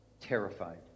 Terrified